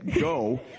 go